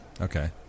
Okay